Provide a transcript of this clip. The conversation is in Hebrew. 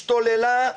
השתוללה,